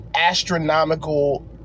astronomical